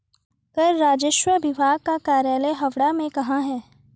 कर राजस्व विभाग का कार्यालय हावड़ा में कहाँ है?